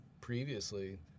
previously